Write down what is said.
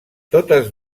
totes